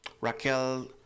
Raquel